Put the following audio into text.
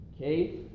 okay